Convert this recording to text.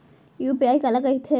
UPI काला कहिथे?